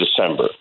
December